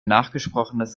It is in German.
nachgesprochenes